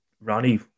Ronnie